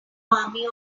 army